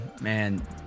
Man